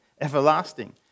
everlasting